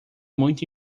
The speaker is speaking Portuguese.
muito